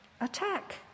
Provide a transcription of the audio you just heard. attack